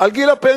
על גיל הפנסיה.